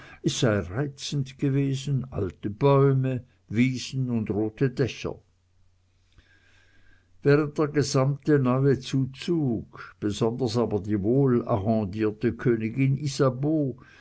reizend gewesen alte bäume wiesen und rote dächer während der gesamte neue zuzug besonders aber die wohlarrondierte königin isabeau